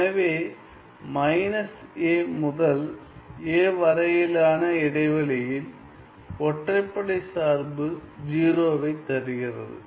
எனவே a முதல் a வரையிலான இடைவெளியில் ஒற்றைப்படை சார்பு 0 வைத் தருகிறது